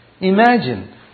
Imagine